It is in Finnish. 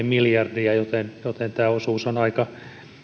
miljardia niin tämä osuus on aika